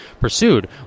pursued